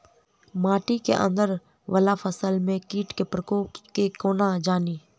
माटि केँ अंदर वला फसल मे कीट केँ प्रकोप केँ कोना जानि?